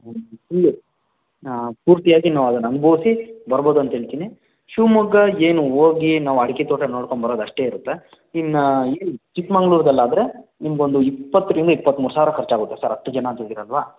full ಪೂರ್ತಿಯಾಗಿ ನಾವದನ್ನು ಅನುಭವಿಸಿ ಬರ್ಬೋದು ಅಂತ ಹೇಳ್ತೀನಿ ಶಿವಮೊಗ್ಗ ಏನು ಹೋಗಿ ನಾವು ಅಡಕೆ ತೋಟ ನೋಡ್ಕೊಂಡು ಬರೋದಷ್ಟೆ ಇರುತ್ತೆ ಇನ್ನು ಏನು ಚಿಕ್ಕಮಗ್ಳೂರ್ದಲ್ಲಾದ್ರೆ ನಿಮಗೊಂದು ಇಪ್ಪತ್ತರಿಂದ ಇಪ್ಪತ್ತಮೂರು ಸಾವಿರ ಖರ್ಚಾಗತ್ತೆ ಸರ್ ಹತ್ತು ಜನ ಅಂತ ಹೇಳಿದಿರಲ್ವ